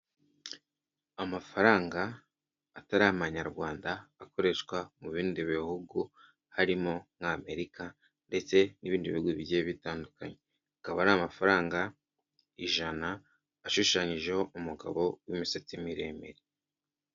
Amafaranga atari amanyarwanda akoreshwa mu bindi bihugu harimo nk'Amerika ndetse n'ibindi bihugu bigiye bitandukanye, akaba ari amafaranga ijana ashushanyijeho umugabo w'imisatsi miremire.